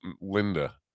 Linda